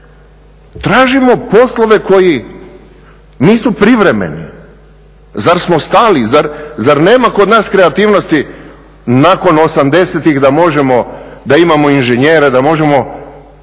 Tražimo poslove koji nisu privremeni. Zar smo stali, zar nema kod nas kreativnosti nakon '80-ih da imamo inženjere, da možemo